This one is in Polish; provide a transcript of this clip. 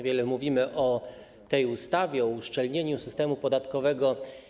Wiele mówimy o tej ustawie, o uszczelnieniu systemu podatkowego.